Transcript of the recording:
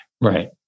Right